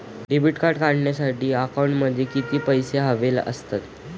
Debit card काढण्यासाठी अकाउंटमध्ये किती पैसे हवे असतात?